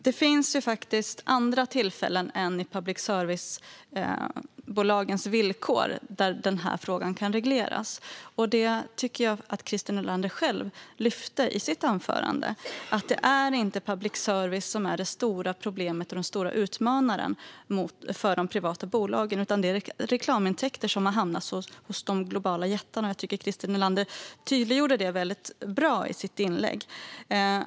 Det finns andra tillfällen än när det gäller public service-bolagens villkor då frågan kan regleras, och det tycker jag att Christer Nylander själv lyfte i sitt anförande. Det är inte public service som är det stora problemet och den stora utmanaren för de privata bolagen, utan det är de reklamintäkter som har hamnat hos de globala jättarna. Jag tycker att Christer Nylander tydliggjorde detta väldigt bra i sitt inlägg.